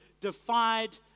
defied